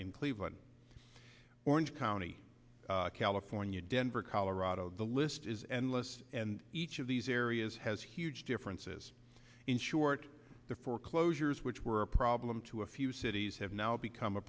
in cleveland orange county california denver colorado the list is endless and each of these areas has huge differences in short the foreclosures which were a problem to a few cities have now become a